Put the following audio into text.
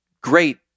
great